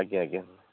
ଆଜ୍ଞା ଆଜ୍ଞା